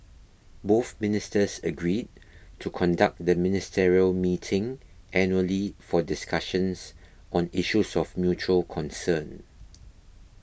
both ministers agreed to conduct the ministerial meeting annually for discussions on issues of mutual concern